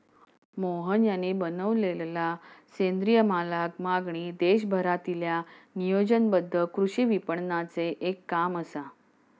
मोहन यांनी बनवलेलला सेंद्रिय मालाक मागणी देशभरातील्या नियोजनबद्ध कृषी विपणनाचे एक काम असा